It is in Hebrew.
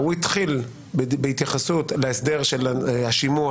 הוא התחיל בהתייחסות להסדר של השימוע.